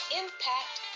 impact